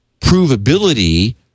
provability